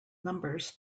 numbers